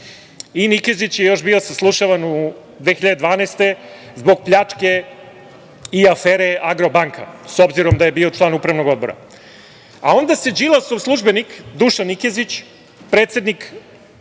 i Nikezić je još bio saslušavan 2012. godine zbog pljačke i afere „Agrobanka“ obzirom da je bio član UO.Onda se Đilasov službenik Dušan Nikezić, predsednik